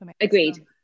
Agreed